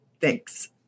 Thanks